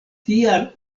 tial